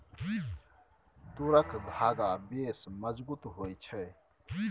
तूरक धागा बेस मजगुत होए छै